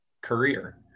career